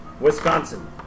Wisconsin